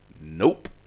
nope